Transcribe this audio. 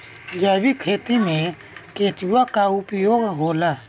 जैविक खेती मे केचुआ का उपयोग होला?